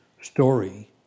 story